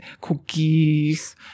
cookies